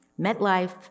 MetLife